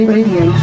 Radio